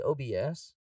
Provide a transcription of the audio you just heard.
OBS